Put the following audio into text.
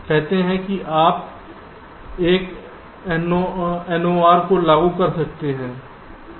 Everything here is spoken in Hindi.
कहते हैं कि आप एक NOR को लागू कर सकते हैं